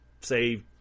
say